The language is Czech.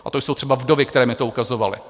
A to jsou třeba vdovy, které mi to ukazovaly.